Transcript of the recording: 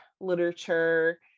literature